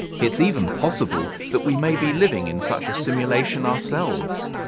it's even possible that we may be living in such a simulation ourselves!